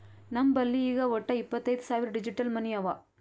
ನಮ್ ಬಲ್ಲಿ ಈಗ್ ವಟ್ಟ ಇಪ್ಪತೈದ್ ಸಾವಿರ್ ಡಿಜಿಟಲ್ ಮನಿ ಅವಾ